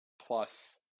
plus